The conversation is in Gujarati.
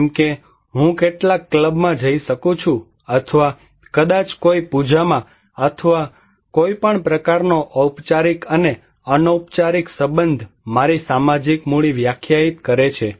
જેમ કે હું કેટલાક ક્લબમાં જઇ શકું છું અથવા કદાચ કોઈ પૂજામાં અથવા કોઈપણ પ્રકારનો ઔપચારિક અને અનૌપચારિક સંબંધ મારી સામાજિક મૂડી વ્યાખ્યાયિત કરે છે